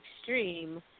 extreme